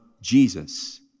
Jesus